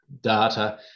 data